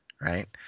right